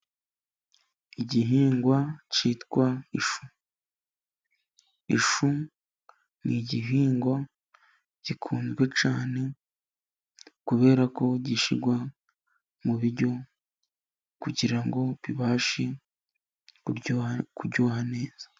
Igihingwa cyitwa ishu. Ishu ni igihingwa gikunzwe cyane kubera ko gishyirwa mu biryo kugira ngo bibashe kuryoha neza.